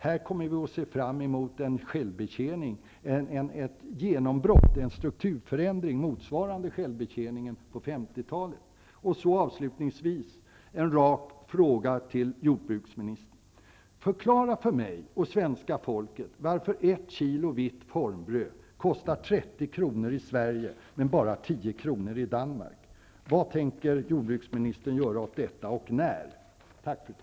Här kommer vi att se fram emot ett genombrott, en strukturförändring motsvarande självbetjäningen på 1950-talet.